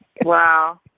Wow